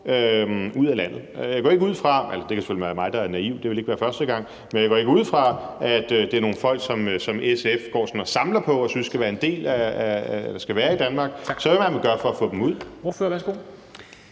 ud af landet. Jeg går ikke ud fra – det kan selvfølgelig være mig, der er naiv, det ville ikke være første gang – at det er nogle folk, som SF går sådan og samler på og synes skal være i Danmark, så hvad vil man gøre for at få dem ud?